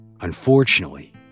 Unfortunately